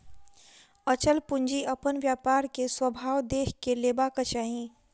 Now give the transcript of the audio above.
अचल पूंजी अपन व्यापार के स्वभाव देख के लेबाक चाही